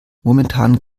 momentan